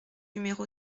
numéro